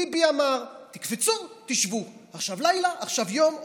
"ביבי אמר" תקפצו, תשבו, עכשיו לילה, עכשיו יום.